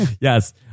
Yes